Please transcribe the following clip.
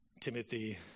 timothy